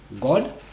god